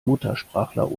muttersprachler